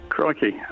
Crikey